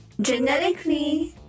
genetically